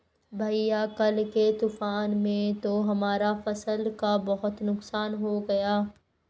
भैया कल के तूफान में तो हमारा फसल का बहुत नुकसान हो गया